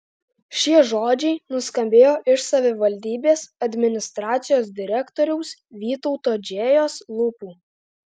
šie žodžiai nuskambėjo iš savivaldybės administracijos direktoriaus vytauto džėjos lūpų